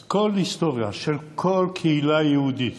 כל היסטוריה של כל קהילה יהודית